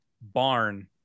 barn